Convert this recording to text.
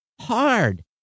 Hard